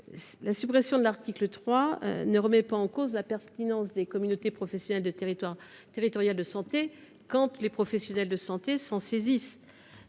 La suppression de l’article 3 ne remet pas en cause la pertinence des communautés professionnelles territoriales de santé, dès lors que les professionnels de santé s’en saisissent,